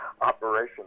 operation